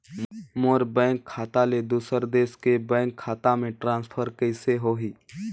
मोर bank खाता ले दुसर देश के बैंक खाता मे ट्रांसफर कइसे होही?